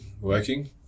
working